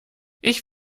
ich